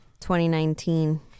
2019